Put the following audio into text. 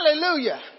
Hallelujah